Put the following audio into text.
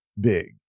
big